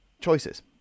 choices